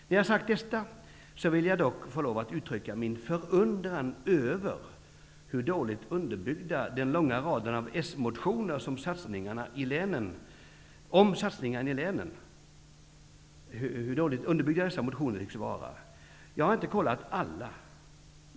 Efter att ha sagt detta måste jag dock uttrycka min förundran över hur dåligt underbyggda den långa raden av s-motioner om satsningarna i länen tycks vara. Jag har inte kollat alla.